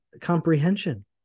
comprehension